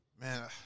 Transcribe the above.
Man